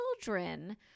children